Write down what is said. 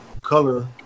color